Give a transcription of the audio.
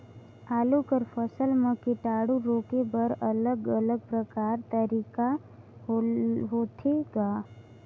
आलू कर फसल म कीटाणु रोके बर अलग अलग प्रकार तरीका होथे ग?